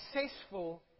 successful